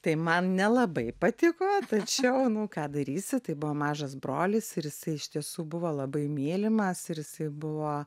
tai man nelabai patiko tačiau nu ką darysi tai buvo mažas brolis ir jisai iš tiesų buvo labai mylimas ir jis buvo